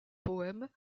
poèmes